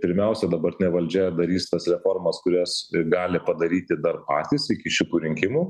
pirmiausia dabartinė valdžia darys tas reformas kurias gali padaryti dar patys iki šitų rinkimų